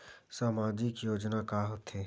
सामाजिक योजना का होथे?